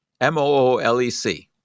M-O-O-L-E-C